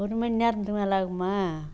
ஒருமணி நேரத்துக்கு மேலே ஆகுமா